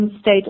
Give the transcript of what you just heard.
state